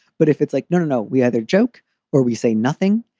but if it's like, no, no, no, we either joke or we say nothing.